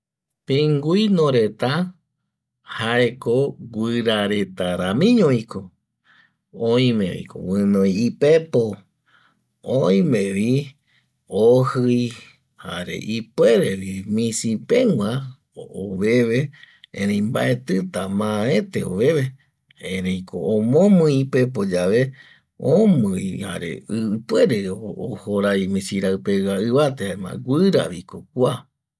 Pingüino reta jaeko guirareta ramiño viko oime viko guinoi ipepo oime vi ojii jare ipuerevi misipegua oveve erei mbaetita maete oveve ereiko omomui ipepo yave omui jare ipuerevi ojorai misiraipegua ivate jaema guira vi ko kua